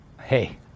hey